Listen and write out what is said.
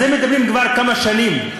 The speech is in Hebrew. מדברים על זה כבר כמה שנים,